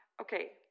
Okay